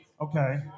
Okay